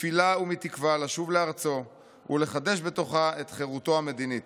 מתפילה ומתקווה לשוב לארצו ולחדש בתוכה את חירותו המדינית.